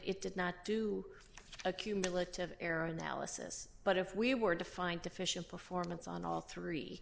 it did not do a cumulative error analysis but if we were defined deficient performance on all three